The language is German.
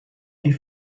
die